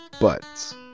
buts